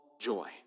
joy